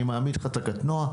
מעמיד לך את הקטנוע.